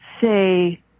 say